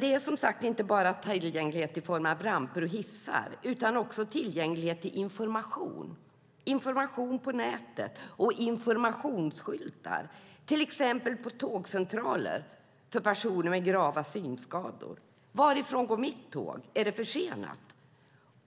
Det är, som sagt, inte bara fråga om tillgänglighet i form av ramper och hissar utan också om tillgänglighet till information - information på nätet och informationsskyltar. Det gäller till exempel informationsskyltar på tågstationer för personer med grava synskador. Varifrån går mitt tåg? Är det försenat?